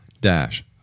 dash